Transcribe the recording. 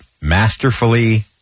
masterfully